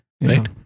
Right